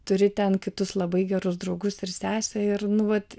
turi ten kitus labai gerus draugus ir sesę ir nu vat